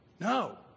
No